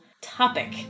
topic